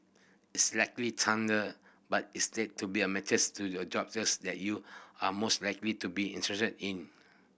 it's likely Tinder but instead to be a matters to the jobs that you are most likely to be interested in